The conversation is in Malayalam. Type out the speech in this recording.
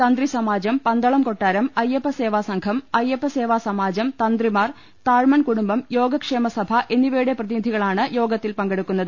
തന്ത്രി സമാജം പന്തളം കൊട്ടാരം അയ്യപ്പ സേവാ സംഘം അയ്യപ്പ സേവാ സമാജം തന്ത്രിമാർ താഴ്മൺ കുടുംബം യോഗ ക്ഷേമ സഭ എന്നിവയുടെ പ്രതിനിധികളാണ് യോഗത്തിൽ പങ്കെടുക്കുന്നത്